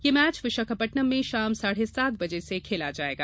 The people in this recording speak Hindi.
ये मैच विशाखापत्तनम में शाम साढ़े सात बजे से खेला जाएगा